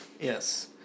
Yes